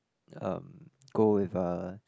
uh go with a